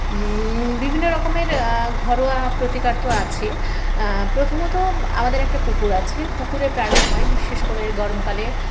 বিভিন্ন রকমের ঘরোয়া প্রতিকার তো আছে প্রথমত আমাদের একটা পুকুর আছে পুকুরে প্রায় সময় বিশেষ করে গরমকালে